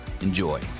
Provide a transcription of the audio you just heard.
Enjoy